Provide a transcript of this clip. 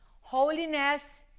Holiness